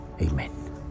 Amen